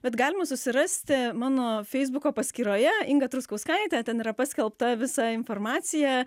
bet galima susirasti mano feisbuko paskyroje inga truskauskaitė ten yra paskelbta visa informacija